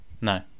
no